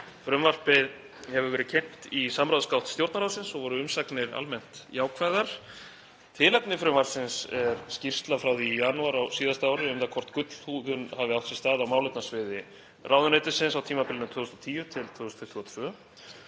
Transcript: Frumvarpið hefur verið kynnt í samráðsgátt Stjórnarráðsins og voru umsagnir almennt jákvæðar. Tilefni frumvarpsins er skýrsla frá því í janúar á síðasta ári um það hvort gullhúðun hafi átt sér stað á málefnasviði ráðuneytisins á tímabilinu 2010–2022.